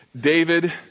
David